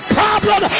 problem